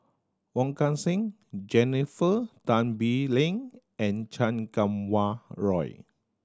Wong Kan Seng Jennifer Tan Bee Leng and Chan Kum Wah Roy